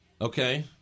Okay